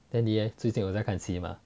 then 你呢最近又在看戏吗